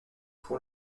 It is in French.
pour